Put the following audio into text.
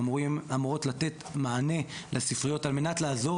אמורות לתת מענה לספריות על מנת לעזור